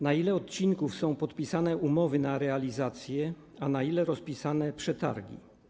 Na ile odcinków są podpisane umowy o realizację, a na ile - rozpisane przetargi?